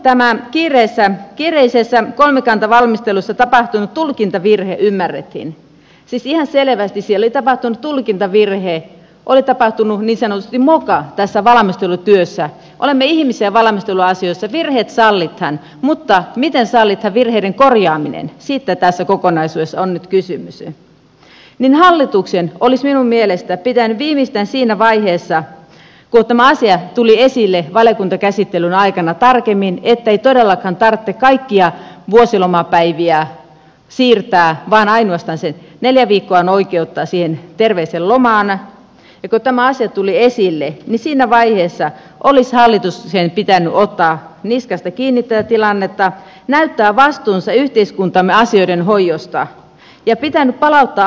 kun tämä kiireisessä kolmikantavalmistelussa tapahtunut tulkintavirhe ymmärrettiin siis ihan selvästi siellä oli tapahtunut tulkintavirhe oli tapahtunut niin sanotusti moka tässä valmistelutyössä ja olemme ihmisiä valmisteluasioissa virheet sallitaan mutta miten sallitaan virheiden korjaaminen siitä tässä kokonaisuudessa on nyt kysymys niin hallituksen olisi minun mielestäni pitänyt viimeistään siinä vaiheessa kun valiokuntakäsittelyn aikana tuli esille tarkemmin tämä asia ettei todellakaan tarvitse kaikkia vuosilomapäiviä siirtää vaan ainoastaan se neljä viikkoa on oikeutta siihen terveeseen lomaan ne joko tämä asia tuli esille siinä vaiheessa olisi hallitus ei pidä ottaa niskasta kiinni tätä tilannetta näyttää vastuunsa yhteiskuntamme asioiden hoidosta ja pitänyt palauttaa asia uudelleenvalmisteluun